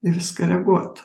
ir koreguot